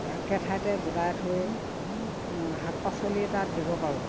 একে ঠাইতে গোটাই থৈ শাক পাচলি তাত দিব পাৰোঁ